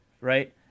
right